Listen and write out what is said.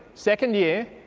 second year,